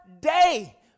day